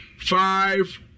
five